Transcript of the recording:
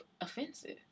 offensive